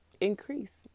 increase